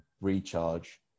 recharge